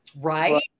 Right